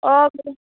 অঁ